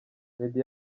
meddy